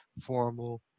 formal